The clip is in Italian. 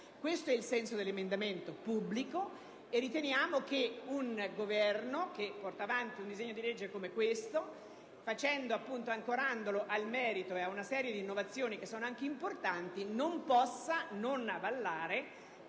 Questo è il senso della nostra proposta e riteniamo che un Governo che porta avanti un disegno di legge come questo, ancorandolo al merito e ad una serie di innovazioni che sono anche importanti, non possa non avallare